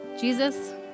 Jesus